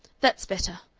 that's better!